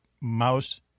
mouse